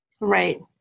Right